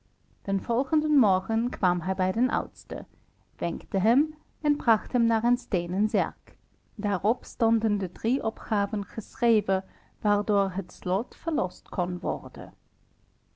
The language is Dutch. den volgenden morgen kwam hij bij den oudste wenkte hem en bracht hem naar een steenen zerk daarop stonden de drie opgaven geschreven waardoor het slot verlost kon worden